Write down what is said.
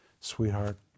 sweetheart